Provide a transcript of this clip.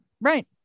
right